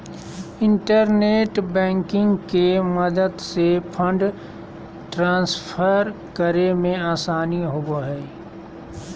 internet banking के मदद से फंड ट्रांसफर करे मे आसानी होवो हय